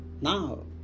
Now